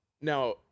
Now